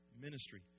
Ministry